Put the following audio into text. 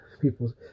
people